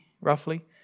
roughly